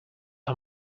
are